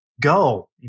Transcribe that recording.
go